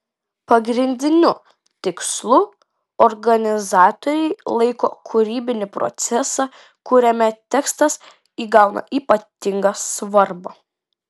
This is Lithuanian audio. pagrindiniu tikslu organizatoriai laiko kūrybinį procesą kuriame tekstas įgauna ypatingą svarbą